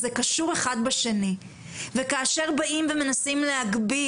זה קשור אחד בשני וכאשר באים ומנסים להגביל